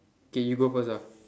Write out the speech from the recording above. K you go first ah